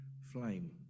flame